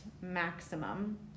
maximum